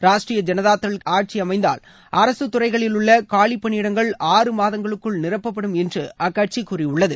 ராஷ்டிரிய ஜனதாதள் ஆட்சி அமைந்தால் அரசு துறைகளிலுள்ள காலிப்பணியிடங்கள் ஆறு மாதங்களுக்கள் நிரப்பப்படும் என்று அக்கட்சி கூறியுள்ளது